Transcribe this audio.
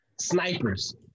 Snipers